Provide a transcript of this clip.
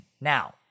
Now